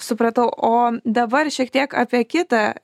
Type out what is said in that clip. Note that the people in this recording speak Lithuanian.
supratau o dabar šiek tiek apie kitą